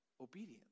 Obedience